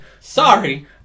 Sorry